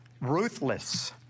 ruthless